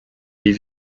les